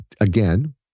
again